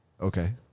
Okay